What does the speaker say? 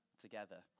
together